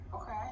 Okay